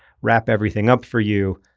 wrap everything up for you,